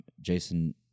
Jason